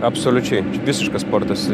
absoliučiai visiškas sportas